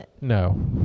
No